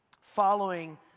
following